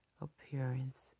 appearance